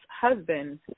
husband